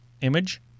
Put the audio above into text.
image